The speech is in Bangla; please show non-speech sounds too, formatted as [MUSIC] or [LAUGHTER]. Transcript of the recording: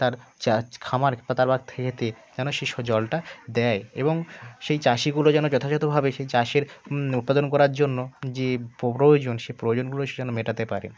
তার চার্জ খামার বা তার [UNINTELLIGIBLE] যেন সে জলটা দেয় এবং সেই চাষিগুলো যেন যথাযথভাবে সেই চাষের উৎপাদন করার জন্য যে প্রয়োজন সে প্রয়োজনগুলো সে যেন মেটাতে পারে